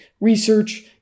research